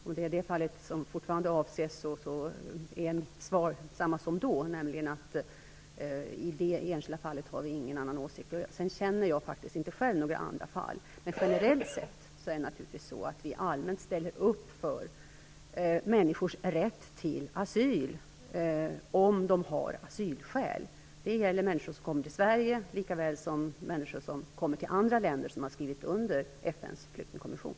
Om det är det fallet som fortfarande avses är mitt svar detsamma som då, nämligen att vi i det enskilda fallet inte har någon annan åsikt. Jag känner inte själv till några andra fall, men generellt sett är det naturligtvis så att vi allmänt ställer upp för människors rätt till asyl om de har asylskäl. Det gäller människor som kommer till Sverige lika väl som människor som kommer till andra länder som har skrivit under FN:s flyktingkonvention.